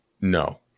no